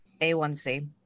A1c